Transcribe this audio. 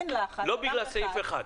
אין לחץ --- לא בגלל סעיף (1).